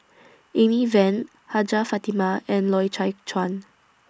Amy Van Hajjah Fatimah and Loy Chye Chuan